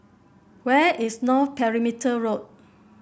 where is North Perimeter Road